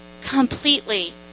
completely